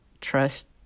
trust